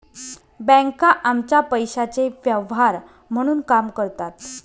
बँका आमच्या पैशाचे व्यवहार म्हणून काम करतात